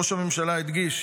ראש הממשלה הדגיש